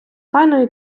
файної